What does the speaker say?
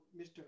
Mr